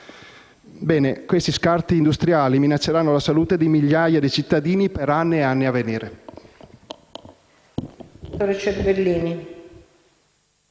Sud. Tali scarti industriali minacceranno la salute di migliaia di cittadini per anni e anni a venire.